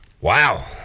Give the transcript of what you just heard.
Wow